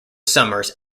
summers